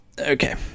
Okay